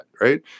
Right